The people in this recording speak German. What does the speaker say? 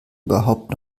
überhaupt